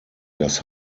das